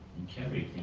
and carried.